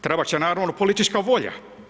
Trebat će, naravno, politička volja.